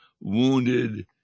wounded